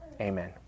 Amen